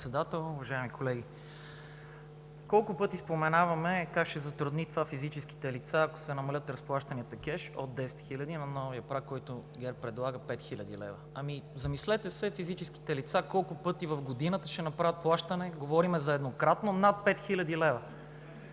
(ГЕРБ): Господин Председател, уважаеми колеги! Колко пъти споменаваме как ще затрудни това физическите лица, ако се намалят разплащанията кеш от 10 хиляди на новия праг, който ГЕРБ предлага 5 хил. лв. Ами, замислете се, физическите лица колко пъти в годината ще направят плащане – говорим за еднократно над 5 хил.